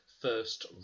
first